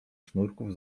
sznurków